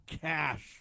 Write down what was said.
cash